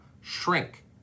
shrink